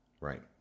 Right